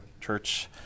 church